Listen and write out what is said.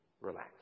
relax